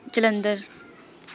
Jalandhar